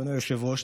אדוני היושב-ראש,